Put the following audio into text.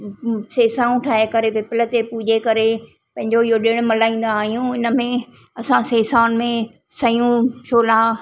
सेसाऊं ठाहे करे पीपल ते पूजे करे पंहिंजो इहो ॾिण मल्हाईंदा आहियूं इन में असां सेसाउनि में सयूं छोला